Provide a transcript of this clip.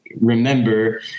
remember